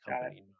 company